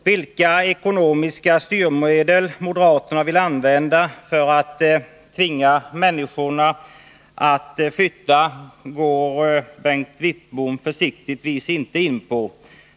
Vilka ekonomiska styrmedel moderaterna vill använda för att tvinga människorna att flytta går Bengt Wittbom försiktigtvis inte in på.